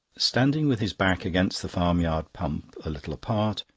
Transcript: standing with his back against the farmyard pump, a little apart,